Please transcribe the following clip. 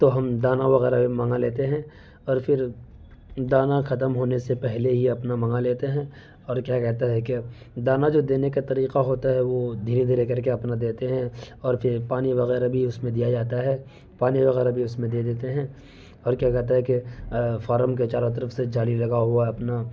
تو ہم دانہ وغیرہ منگا لیتے ہیں اور پھر دانہ ختم ہونے سے پہلے ہی یہ اپنا منگا لیتے ہیں اور کیا کہتے ہیں کہ دانہ جو دینے کا طریقہ ہوتا وہ دھیرے دھیرے کر کے اپنا دیتے ہیں اور پھر پانی وغیرہ بھی اس میں دیا جاتا ہے پانی وغیرہ بھی اس میں دے دیتے ہیں اور کیا کہتا ہے کہ فارم کے چاروں طرف جالی لگا ہوا اپنا